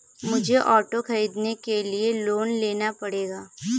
मुझे ऑटो खरीदने के लिए लोन लेना पड़ेगा